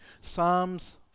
Psalms